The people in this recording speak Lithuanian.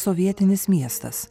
sovietinis miestas